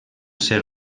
ser